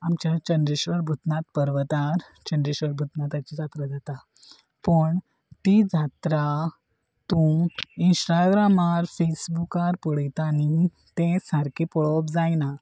आमच्या चंद्रेश्वर भुतनाथ पर्वतार चंद्रेश्वर भुतनाथाची जात्रा जाता पूण ती जात्रा तूं इंस्टाग्रामार फेसबुकार पळयता न्ही तें सारकें पळोवप जायना